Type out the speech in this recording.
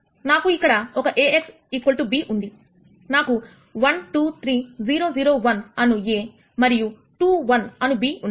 నాకు ఇక్కడ ఒకA x b ఉంది నాకు 1 2 3 0 0 1 అను a మరియు 2 1 అను b ఉన్నాయి